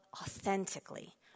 authentically